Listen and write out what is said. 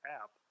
app